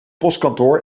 postkantoor